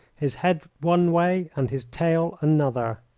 his head one way and his tail another.